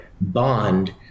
bond